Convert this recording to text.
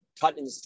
cutting